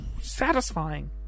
satisfying